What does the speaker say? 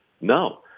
no